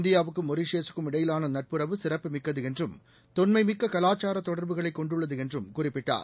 இந்தியாவுக்கும் மொரீசியஸ்க்கும் இடையிலான நட்புறவு சிறப்புமிக்கது என்றும் தொன்மைமிக்க கலாச்சார தொடர்புகளை கொண்டுள்ளது என்றும் குறிப்பிட்டார்